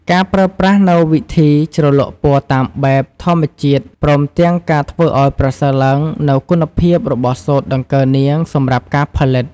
ការប្រើប្រាស់នូវវិធីជ្រលក់ពណ៌តាមបែប ធម្មជាតិព្រមទាំងការធ្វើឱ្យប្រសើរឡើងនូវគុណភាពរបស់សូត្រដង្កូវនាងសម្រាប់ការផលិត។